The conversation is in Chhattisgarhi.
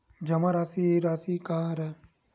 जमा राशि राशि का हरय?